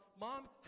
mom